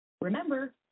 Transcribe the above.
Remember